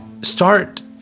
start